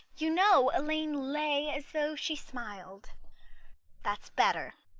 you know elaine lay as though she smiled that's better.